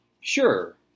Sure